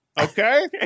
okay